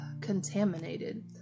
contaminated